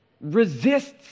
resists